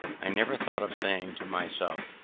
i never thought of saying to myself,